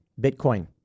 Bitcoin